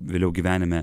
vėliau gyvenime